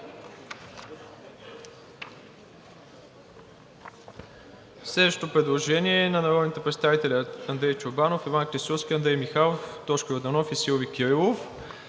Следващото предложение е на народните представители Андрей Чорбанов, Иван Клисурски, Андрей Михайлов, Тошко Йорданов и Силви Кирилов